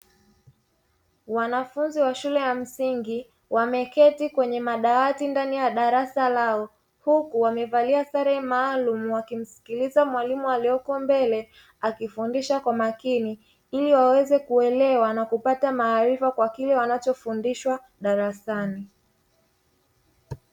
Wanafunzi wa shule ya msingi wameketi kwenye madawati ndani ya darasa leo, huku wamevalia sare maalumu wakimsikiliza mwalimu aliyepo mbele akifundisha kwa makini, ili waweze kuelewa na kupata maarifa kwa kile wanachofundishwa darasani.